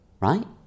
Right